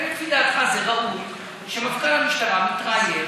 האם לפי דעתך זה ראוי שמפכ"ל המשטרה מתראיין